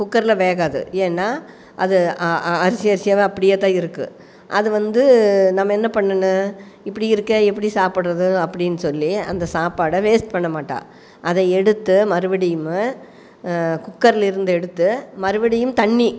குக்கர்ல வேகாது ஏன்னா அது அரிசி அரிசியாகதான் அப்படியேதான் இருக்குது அது வந்து நம்ம என்ன பண்ணணும் இப்படி இருக்கே எப்படி சாப்பிட்றது அப்படினு சொல்லி அந்த சாப்பாடை வேஸ்ட் பண்ண மாட்டா அதை எடுத்து மறுபடியும் குக்கர்லேயிருந்து எடுத்து மறுபடியும் தண்ணி